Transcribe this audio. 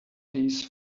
these